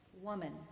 woman